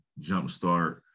jumpstart